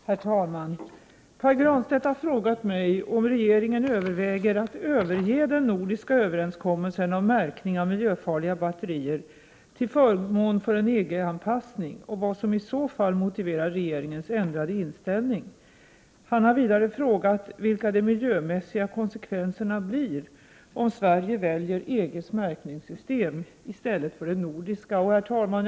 Herr talman! Pär Granstedt har frågat mig om regeringen överväger att överge den nordiska överenskommelsen om märkning av miljöfarliga batterier till förmån för en EG-anpassning och vad som i så fall motiverar regeringens ändrade inställning. Han har vidare frågat vilka de miljömässiga konsekvenserna blir om Sverige väljer EG:s märkningssystem i stället för det nordiska. Herr talman!